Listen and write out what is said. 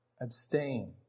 Abstain